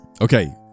Okay